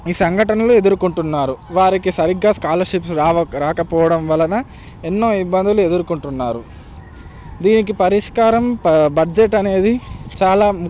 ఈ సంఘటనలు ఎదుర్కొంటున్నారు వారికి సరిగ్గా స్కాలర్షిప్స్ రావక రాకపోవడం వలన ఎన్నో ఇబ్బందులు ఎదుర్కొంటున్నారు దీనికి పరిష్కారం బడ్జెట్ అనేది చాలా